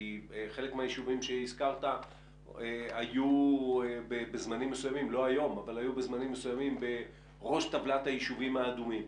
כי חלק מהישובים שהזכרת היו בזמנים מסוימים בראש טבלת הישובים האדומים.